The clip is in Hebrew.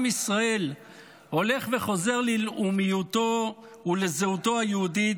ישראל הולך וחוזר ללאומיותו ולזהותו היהודית,